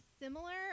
similar